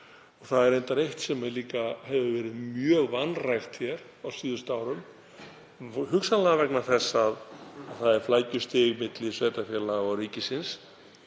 Það er reyndar eitt sem líka hefur verið mjög vanrækt hér á síðustu árum, hugsanlega vegna þess að það er flækjustig milli sveitarfélaga og ríkisins,